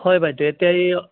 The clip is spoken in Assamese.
হয় বাইদেউ এতিয়া ই